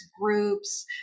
groups